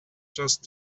just